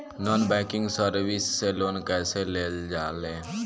Non banking service से loan कैसे लेल जा ले?